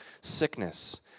sickness